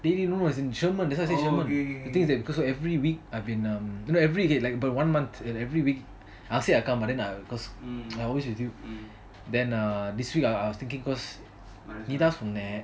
they didn't know as in sherman that's why I say sherman the thing is that because every week okay um not every week per one month every week I will say I will come but I'm always with you then um I was thinking this week நீ தான் சொன்ன:nee thaan sonna